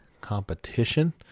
competition